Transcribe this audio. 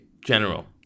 General